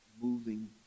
moving